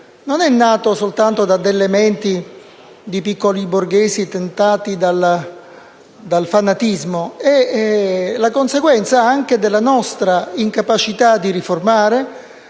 non è nato soltanto dalle menti di piccoli borghesi tentati dal fanatismo; è la conseguenza anche della nostra incapacità di riformare,